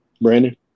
Brandon